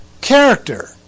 character